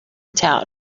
town